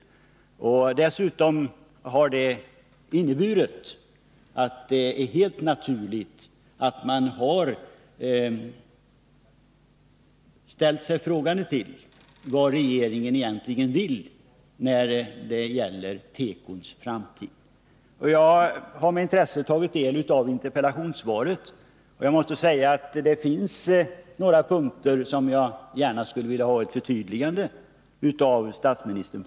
Dessutom har de inneburit att man helt naturligt har ställt sig frågande till vad regeringen egentligen vill när det gäller tekobranschens framtid. Jag har med intresse tagit del av interpellationssvaret, och det finns några punkter där jag gärna skulle vilja ha ett förtydligande av statsministern.